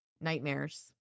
Nightmares